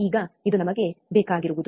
ಈಗ ಇದು ನಮಗೆ ಬೇಕಾಗಿರುವುದು